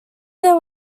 there